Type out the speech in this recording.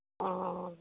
অ'